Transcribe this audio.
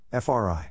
FRI